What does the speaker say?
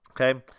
Okay